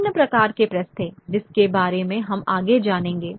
विभिन्न प्रकार के प्रेस थे जिसके बारे में हम आगे जानेंगे